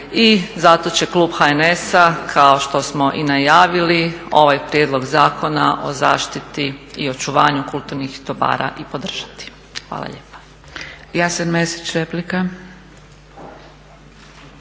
zato će klub HNS-a kao što smo i najavili ovaj prijedlog Zakona o zaštiti i očuvanju kulturnih dobara i podržati. Hvala lijepa.